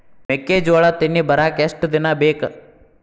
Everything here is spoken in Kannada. ಮೆಕ್ಕೆಜೋಳಾ ತೆನಿ ಬರಾಕ್ ಎಷ್ಟ ದಿನ ಬೇಕ್?